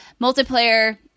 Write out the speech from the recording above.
multiplayer